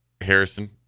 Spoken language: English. Harrison